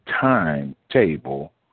timetable